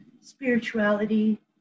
spirituality